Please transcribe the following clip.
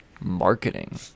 Marketing